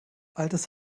altes